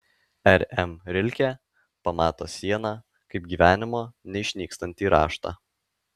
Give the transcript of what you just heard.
r m rilke pamato sieną kaip gyvenimo neišnykstantį raštą